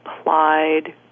applied